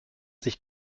sich